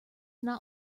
not